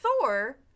Thor